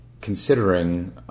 considering